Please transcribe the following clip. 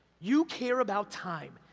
you care about time,